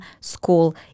school